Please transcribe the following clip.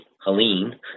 Helene